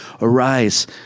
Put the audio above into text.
Arise